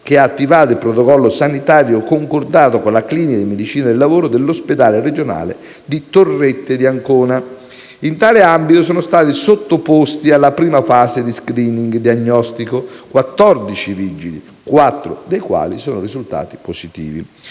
che ha attivato il protocollo sanitario concordato con la clinica di medicina del lavoro dell'ospedale regionale di Torrette di Ancona. In tale ambito, sono stati sottoposti alla prima fase di *screening* diagnostico quattordici vigili, quattro dei quali sono risultati positivi.